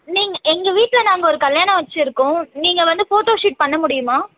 நீங்கள் எங்கள் வீட்டில் நாங்கள் ஒரு கல்யாணம் வச்சிருக்கோம் நீங்கள் வந்து ஃபோட்டோ ஷூட் பண்ண முடியுமா